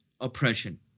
oppression